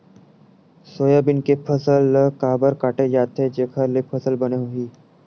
Soybean के फसल ल काबर काटे जाथे जेखर ले फसल बने होही?